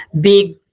big